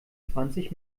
zwanzig